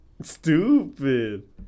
Stupid